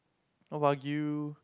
Wagyu